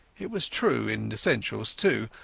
it was true in essentials, too,